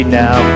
now